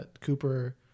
Cooper